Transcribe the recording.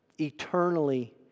eternally